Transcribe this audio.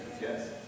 yes